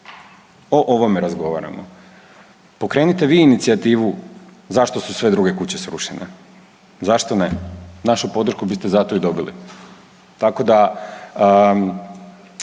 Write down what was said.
O ovome razgovaramo. Pokrenite vi inicijativu zašto su sve druge kuće srušene. Zašto ne? Našu podršku biste zato i dobili. Tako da,